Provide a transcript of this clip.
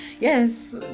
yes